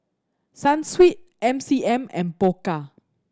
Sunsweet M C M and Pokka